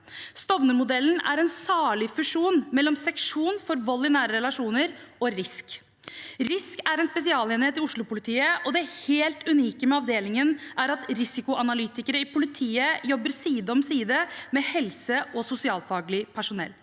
Stovnermodellen er en salig fusjon mellom seksjon mot vold i nære relasjoner og RISK. RISK er en spesialenhet i Oslopolitiet, og det helt unike med avdelingen er at risikoanalytikere i politiet jobber side om side med helse- og sosialfaglig personell.